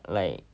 like